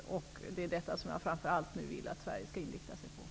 Det är detta som jag nu framför allt vill att man från svensk sida skall inrikta sig på.